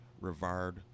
Rivard